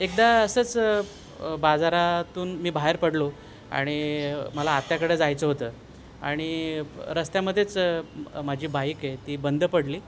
एकदा असंच बाजारातून मी बाहेर पडलो आणि मला आत्याकडे जायचं होतं आणि रस्त्यामध्येच माझी बाईक आहे ती बंद पडली